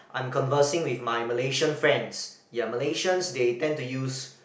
I'm conversing with my Malaysian friends ya Malaysians they tend to use